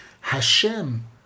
Hashem